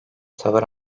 tavır